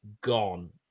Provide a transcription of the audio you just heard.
gone